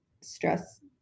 stress